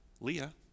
Leah